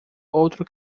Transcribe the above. outro